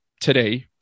today